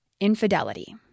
infidelity